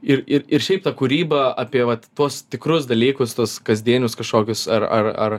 ir ir ir šiaip ta kūryba apie vat tuos tikrus dalykus tuos kasdienius kažkokius ar ar ar